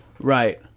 right